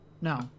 no